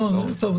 לא.